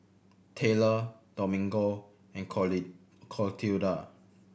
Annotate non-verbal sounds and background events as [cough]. Tayler Domingo and [unintelligible] Clotilda